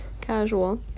casual